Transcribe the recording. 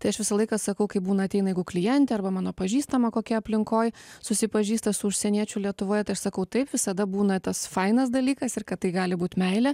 tai aš visą laiką sakau kai būna ateina jeigu klientė arba mano pažįstama kokia aplinkoj susipažįsta su užsieniečiu lietuvoj tai aš sakau taip visada būna tas fainas dalykas ir kad tai gali būt meilė